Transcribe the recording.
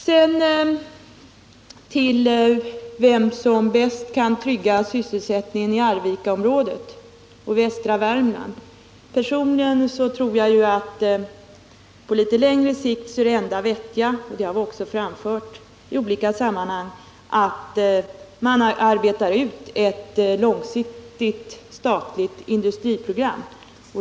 Sedan vill jag säga några ord om vem som bäst kan trygga sysselsättningen i Arvikaområdet och västra Värmland. På litet längre sikt tror jag att det enda vettiga är, och det har också framförts tidigare i olika sammanhang, att arbeta ut ett långsiktigt statligt industriprogram.